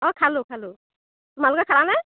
অঁ খালো খালো তোমালোকে খালানে